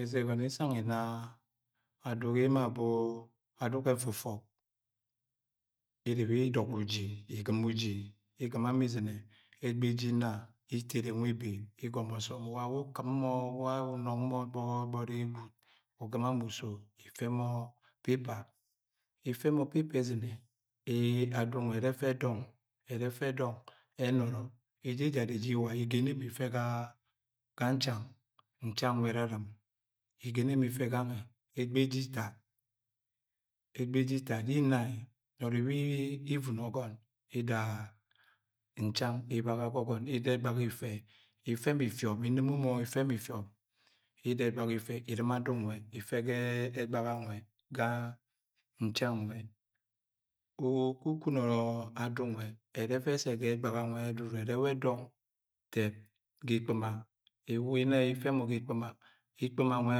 Ẹgọnọ yẹ isang inna aduk yẹ emo aduk ẹfọfọp. Iri iwa idọgọ uji, igima uji. Igima mọ izine. Egba eje inna itere nwe ebe, igọmọ ọsọm uwa uwu ukim mọ, uwa unong nw gbogbori gwud, ukima uso ufẹ mọ pepa ifẹ mọ pepa izine, aduk nwẹ ẹrẹ ẹdọng, ẹrẹ ẹdọng. Ẹnọrọ, eje ẹjara eje iwa, igẹnẹ mọ ifẹ ga nchang, nchang nwẹ ẹrɨrɨm. Igene mọ ifẹ gangẹ. Egba ẹjẹ itad, egba ẹjẹ itad yẹ inna ẹ, nọrọ iwa ivono ọgọn ida nchang ibaga ga ọgọn. Ida ẹgbaga ifẹ ifẹ mọ ifiọm, inɨmomọ, ifẹ mọ ifiọm. Iji ida egbaga ifẹ, irɨma aduk nwe ife ga ẹgbaga ifẹ, irɨma aduk nwẹ ẹrẹ ẹwa ẹ dọng ɨẹb ga egbɨma egbɨma nwe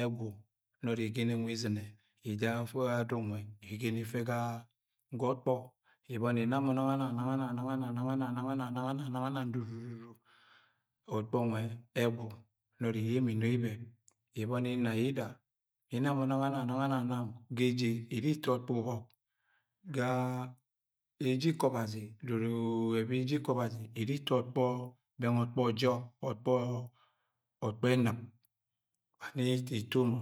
ẹgwọ nọrọ igẹnẹ nwẹ izɨnẹ. Ida aduk nwe igẹnẹ ifẹ ga ọkpo. Ibọni inna mọ nana anang, nang anang, nang anang, nang anang, nang anang, nang anang, nang anang, dudu ọkpọ nwẹ ẹgwu. Nọrọ iyẹ mọ ino ibẹp. Ibọni inna yida, mi inna mọ nang anang anang, nang anang, nang ga eje iri ito ọkpọ ubọk Ga eje ikọ ọbazi dudu ebi eje ikọ ọbazi iri ito ọkpọ bẹng jọp, ọkpọ ọkpọ ẹnɨb. Wa ne issẹ itọ mọ.